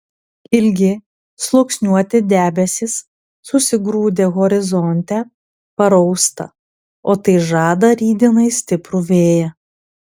ilgi sluoksniuoti debesys susigrūdę horizonte parausta o tai žada rytdienai stiprų vėją